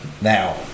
Now